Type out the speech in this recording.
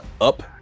up